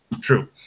true